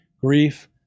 grief